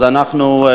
אז אנחנו,